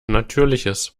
natürliches